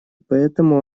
поэтому